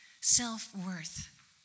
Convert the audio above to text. self-worth